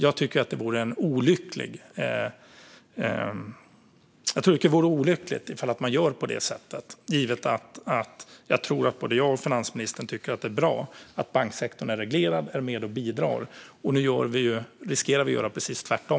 Jag tycker att det vore olyckligt om det blir så, givet att både jag och finansministern tycker att det är bra att banksektorn är reglerad och är med och bidrar. Nu riskerar vi att göra precis tvärtom.